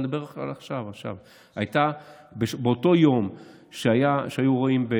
באותו יום שהיו אירועים,